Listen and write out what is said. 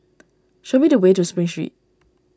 show me the way to Spring Street